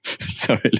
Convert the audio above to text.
Sorry